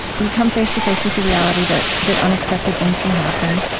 we come face to face with the reality that that unexpected things will happen,